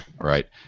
right